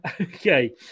Okay